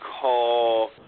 call –